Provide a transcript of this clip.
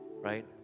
right